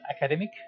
academic